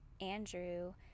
Andrew